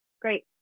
Great